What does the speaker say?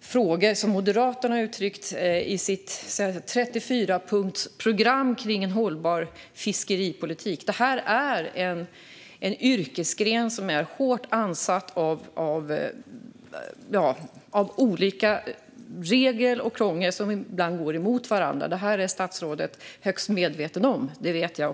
frågor som Moderaterna har uttryckt i sitt 34-punktsprogram för en hållbar fiskeripolitik. Det här är en yrkesgren som är hårt ansatt av olika regler som är krångliga och som ibland går emot varandra. Detta är statsrådet högst medveten om; det vet jag.